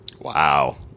Wow